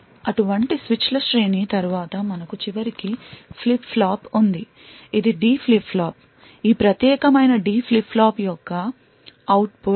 అటువంటి స్విచ్ల శ్రేణి తరువాత మనకు చివరికి ఫ్లిప్ ఫ్లాప్ ఉంది ఇది డి ఫ్లిప్ ఫ్లాప్ ఈ ప్రత్యేకమైన డి ఫ్లిప్ ఫ్లాప్ యొక్క అవుట్పుట్ 1 లేదా 0 ఇస్తుంది